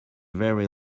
very